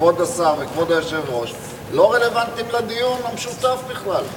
כבוד השר וכבוד היושב-ראש לא רלוונטיים לדיון המשותף בכלל.